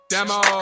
Demo